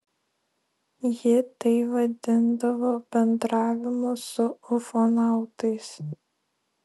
ji tai vadindavo bendravimu su ufonautais